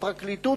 הפרקליטות,